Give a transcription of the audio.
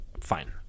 Fine